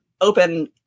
open